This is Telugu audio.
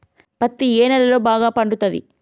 పత్తి ఏ నేలల్లో బాగా పండుతది?